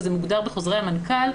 וזה מוגדר בחוזרי המנכ"ל.